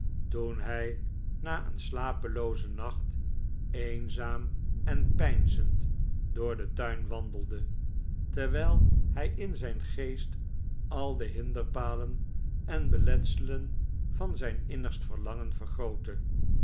toen hij na een slapeloozen nacht eenzaam en peinzend door den tuin wandelde terwijl hij in zijn geest al de hinderpalen en beletselen van zijn innigst verlangen